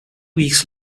weeks